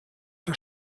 der